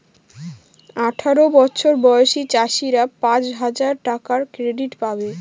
আঠারো বছর বয়সী চাষীরা পাঁচ হাজার টাকার ক্রেডিট পাবে